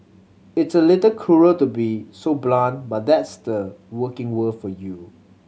it's a little cruel to be so blunt but that's the working world for you